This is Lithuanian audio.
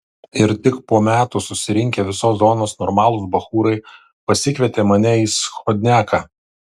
ir tik po metų susirinkę visos zonos normalūs bachūrai pasikvietė mane į schodniaką